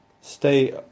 stay